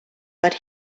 but